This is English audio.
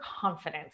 confidence